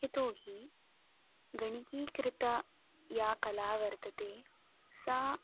यतो हि गणकीकृता या कला वर्तते सा